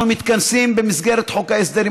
אנחנו מתכנסים במסגרת חוק ההסדרים.